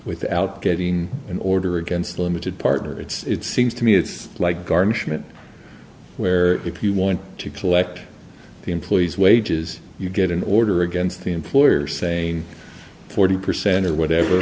without getting an order against a limited partner it's seems to me it's like garnishment where if you want to collect the employees wages you get an order against the employer saying forty percent or whatever